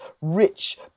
rich